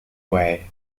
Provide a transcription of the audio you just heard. way